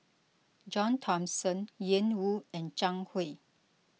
John Thomson Ian Woo and Zhang Hui